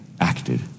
acted